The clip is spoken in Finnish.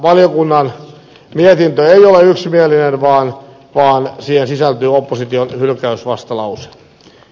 valiokunnan mietintö ei ole yksimielinen vaan siihen sisältyy opposition hylkäysvastalause